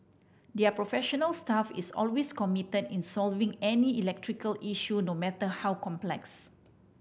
their professional staff is always committed in solving any electrical issue no matter how complex